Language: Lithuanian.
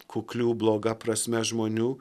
kuklių bloga prasme žmonių